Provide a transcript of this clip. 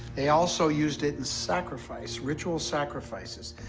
they also used it in sacrifice, ritual sacrifices.